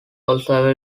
also